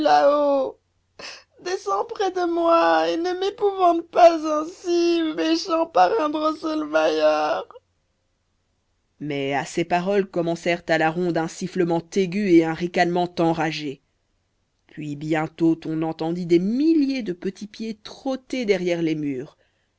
descends près de mot et ne m'épouvante pas ainsi méchant parrain drosselmayer mais à ces paroles commencèrent à la ronde un sifflement aigu et un ricanement enragé puis bientôt on entendit des milliers de petits pieds trotter derrière les murs